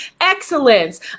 excellence